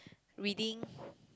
reading